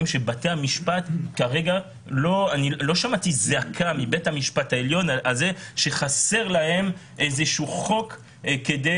ולא שמעתי זעקה מבית המשפט העליון שחסר לו חוק כדי